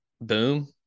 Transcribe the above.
Boom